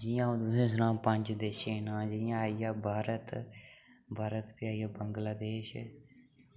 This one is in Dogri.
जियां अऊं तुसें सनां पंज देशे दे नांऽ जियां आई गेआ भारत भारत फ्ही आई गेआ बांग्लादेश